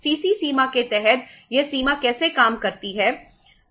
CC सीमा के तहत यह सीमा कैसे काम करती है